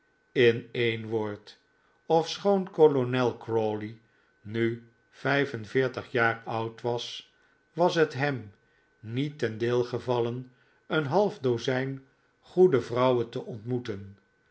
in een woord ofschoon kolonel crawley nu vijf en veertig jaar oud was was het hem niet ten deel gevallen een half dozijn goede vrouwen te ontmoeten